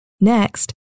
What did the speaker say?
Next